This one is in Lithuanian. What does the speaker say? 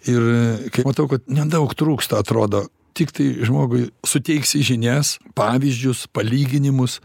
ir kai matau kad nedaug trūksta atrodo tiktai žmogui suteiksi žinias pavyzdžius palyginimus